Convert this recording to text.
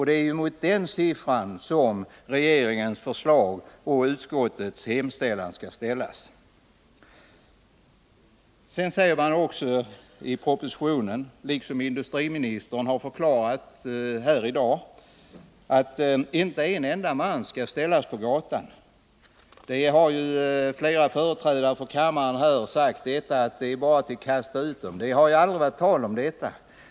Det är mot den siffran som regeringens förslag och utskottets hemställan skall ställas. Sedan säger man i propositionen, liksom industriministern har förklarat här i dag, att inte en enda man skall ställas på gatan. Flera företrädare för kammaren har här sagt att man bara kastar ut dem. Men det har aldrig varit tal om det.